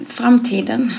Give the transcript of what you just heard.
framtiden